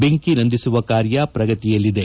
ಬೆಂಕಿ ನಂದಿಸುವ ಕಾರ್ಯ ಪ್ರಗತಿಯಲ್ಲಿದೆ